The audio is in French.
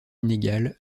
inégales